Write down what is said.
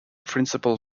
principal